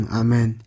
amen